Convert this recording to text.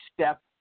step